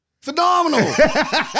Phenomenal